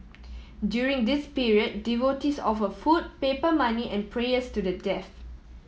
during this period devotees offer food paper money and prayers to the death